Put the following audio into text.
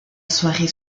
soirée